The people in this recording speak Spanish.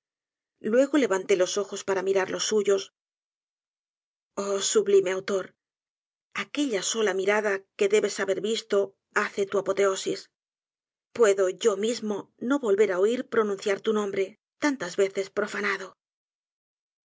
luego levanté los ojos para ssjfar los suyos oh sublime autor aquella sola mirada que debes haber visto hace tu apoteosis pueda yo mismo no volver á oir pronunciar tu nombre lautas veces profanado